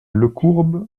lecourbe